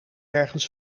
ergens